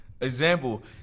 Example